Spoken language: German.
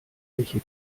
welche